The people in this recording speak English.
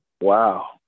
Wow